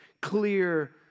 clear